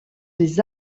des